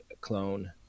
clone